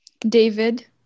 david